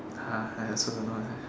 uh I also don't know eh